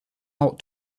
out